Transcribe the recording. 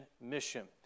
Mission